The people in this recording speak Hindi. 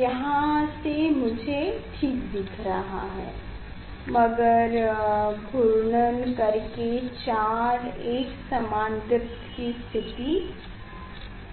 यहाँ से मुझे दिख रहा है मगर घूर्णन कर के 4 एकसमानदीप्त की स्थिति